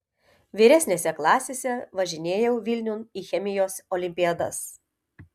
vyresnėse klasėse važinėjau vilniun į chemijos olimpiadas